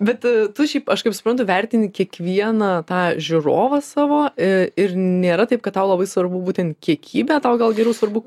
bet tu šiaip aš kaip suprantu vertini kiekvieną tą žiūrovą savo a ir nėra taip kad tau labai svarbu būtent kiekybė tau gal geriau svarbu